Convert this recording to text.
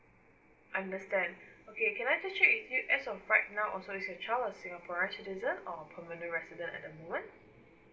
understand okay can I just check with you as of right now also is your child a singaporean citizen or permanent resident at the moment